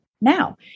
now